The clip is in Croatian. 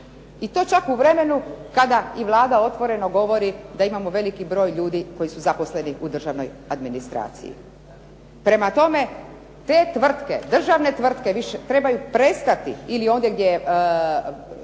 i to čak u vremenu kada i Vlada otvoreno govori da imamo veliki broj ljudi koji su zaposleni u državnoj administraciji. Prema tome, te tvrtke, državne tvrtke trebaju prestati ili ondje gdje